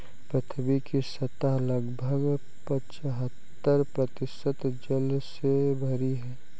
पृथ्वी की सतह लगभग पचहत्तर प्रतिशत जल से भरी है